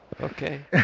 Okay